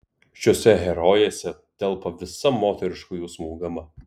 šiose herojėse telpa visa moteriškų jausmų gama